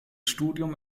studium